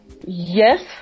Yes